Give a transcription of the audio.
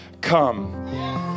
come